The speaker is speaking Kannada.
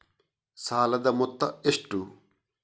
ಸಾಲದ ಮೊತ್ತ ಎಷ್ಟು?